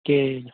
کِہیٖنٛۍ نہٕ